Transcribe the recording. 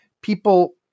people